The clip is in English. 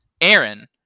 Aaron